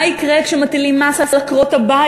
מה יקרה כשמטילים מס על עקרות-הבית?